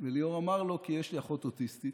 ליאור אמר לו: כי יש לי אחות אוטיסטית,